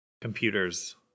Computers